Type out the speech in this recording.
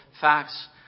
facts